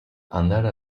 andare